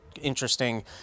interesting